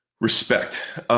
respect